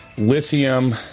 Lithium